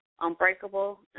unbreakable